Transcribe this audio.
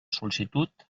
sol·licitud